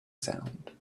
sound